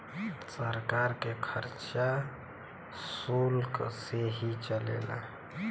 सरकार के खरचा सुल्क से ही चलेला